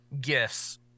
gifts